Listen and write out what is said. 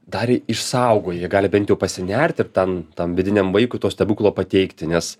dar išsaugoję gali bent jau pasinert ir tam tam vidiniam vaikui to stebuklo pateikti nes